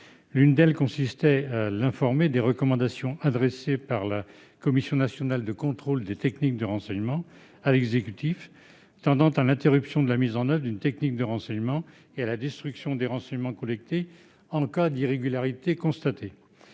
Elle propose ainsi d'être informée des recommandations adressées par la Commission nationale de contrôle des techniques de renseignement à l'exécutif tendant à l'interruption de la mise en oeuvre d'une technique de renseignement et à la destruction des renseignements collectés en cas d'irrégularité constatée.